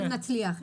אם נצליח,